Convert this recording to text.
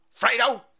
Fredo